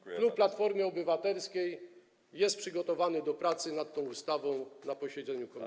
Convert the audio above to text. Klub Platformy Obywatelskiej jest przygotowany do pracy nad tą ustawą na posiedzeniu komisji.